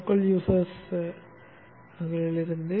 உள்ளூர் பயனர்களிடமிருந்து